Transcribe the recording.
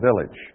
village